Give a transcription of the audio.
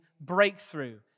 breakthrough